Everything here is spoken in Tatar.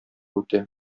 үтә